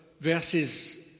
verses